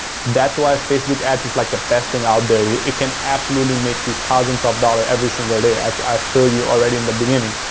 that's why facebook ads is like the best thing out there. it can absolutely make you thousands of dollars every single day as i showed so you already in the beginning.